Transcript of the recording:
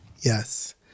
yes